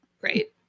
Great